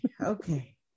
Okay